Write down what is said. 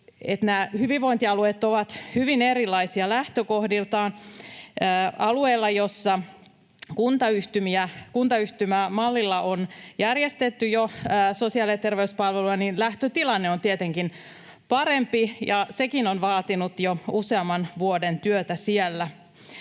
Nämä hyvinvointialueet ovat hyvin erilaisia lähtökohdiltaan. Alueilla, joilla kuntayhtymämallilla on järjestetty jo sosiaali- ja terveyspalveluja, lähtötilanne on tietenkin parempi, ja sekin on vaatinut jo useamman vuoden työtä siellä.